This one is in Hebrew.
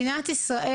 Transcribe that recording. האדמה הזאת